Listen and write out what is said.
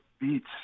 Beats